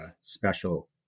special